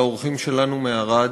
לאורחים שלנו מערד,